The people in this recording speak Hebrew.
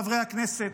חברי הכנסת,